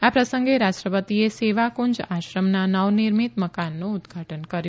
આ પ્રસંગે રાષ્ટ્રવપતિએ સેવા કુંજ આશ્રમના નવનિર્મિત મકાનનું ઉદઘાટન કર્યું